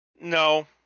No